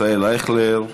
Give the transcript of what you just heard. ישראל אייכלר,